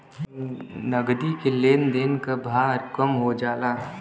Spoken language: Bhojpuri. नगदी के लेन देन क भार कम हो जाला